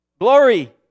Glory